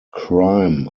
crime